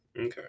Okay